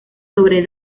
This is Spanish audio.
sobre